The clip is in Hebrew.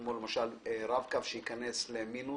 כמו למשל רב-קו שייכנס למינוס.